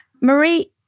Marie